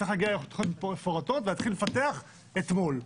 צריך להגיע לתוכניות מתאר מפורטות ולהתחיל לפתח אתמול.